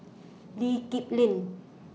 Lee Kip Lin